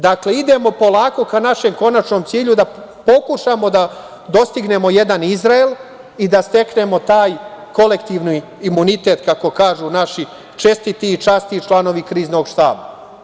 Dakle, idemo polako ka našem konačnom cilju da pokušamo da dostignemo jedan Izrael i da steknemo taj kolektivni imunitet, kako kažu naši čestiti i časni članovi Kriznog štaba.